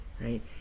right